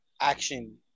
action